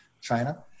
China